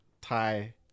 Thai